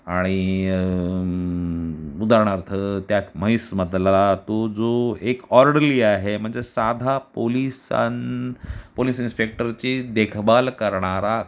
आणि उदाहरणार्थ त्या म्हैसमधला तो जो एक ऑर्डर्ली आहे म्हणजे साधा पोलीस आणि पोलीस इन्स्पेक्टरची देखभाल करणारा